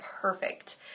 perfect